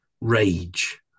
Rage